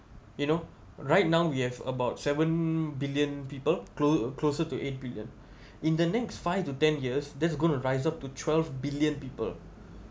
you know right now we have about seven billion people clos~ closer to eight billion in the next five to ten years that's gonna rise up to twelve billion people